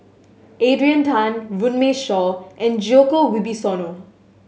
Adrian Tan Runme Shaw and Djoko Wibisono